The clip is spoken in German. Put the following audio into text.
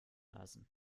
lassen